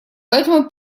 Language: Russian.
поэтому